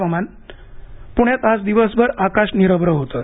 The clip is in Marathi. हवामान पुण्यात आज दिवसभर आकाश निरभ्र होतं